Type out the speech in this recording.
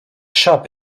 shop